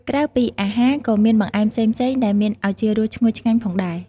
ក្រៅពីអាហារ ក៏មានបង្អែមផ្សេងៗ ដែលមានឱជារសឈ្ងុយឆ្ងាញ់ផងដែរ។